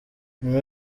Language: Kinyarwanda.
nyuma